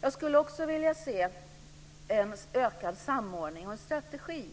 Jag skulle också vilja se en ökad samordning och en strategi